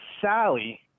Sally